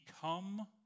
Become